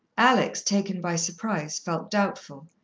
alex, taken by surprise, felt doubtful.